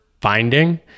finding